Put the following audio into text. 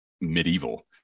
medieval